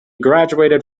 graduated